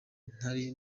ntari